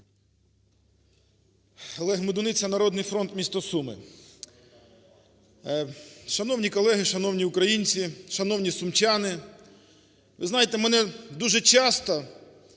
Олег Медуниця, "Народний фронт", місто Суми. Шановні колеги, шановні українці, шановні сумчани! Ви знаєте, мене дуже часто